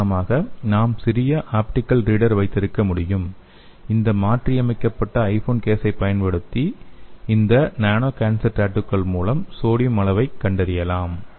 உதாரணமாக நாம் ஒரு சிறிய ஆப்டிகல் ரீடர் வைத்திருக்க முடியும் இந்த மாற்றியமைக்கப்பட்ட ஐபோன் கேசை பயன்படுத்தி இந்த நானோசென்சர் டாட்டூக்கள் மூலம் இந்த சோடியம் அளவைக் கண்டறியலாம்